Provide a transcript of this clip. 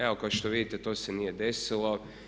Evo kao što vidite, to se nije desilo.